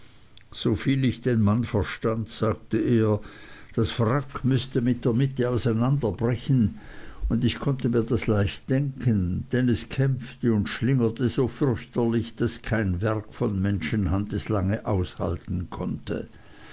soviel ich den mann verstand sagte er das wrack müßte in der mitte auseinanderbrechen und ich konnte mir das leicht denken denn es kämpfte und schlingerte so fürchterlich daß kein werk von menschenhand es lange aushalten konnte